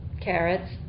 carrots